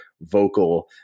vocal